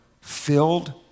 filled